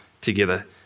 together